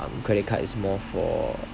um credit card is more for